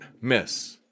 miss